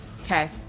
Okay